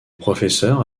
professeure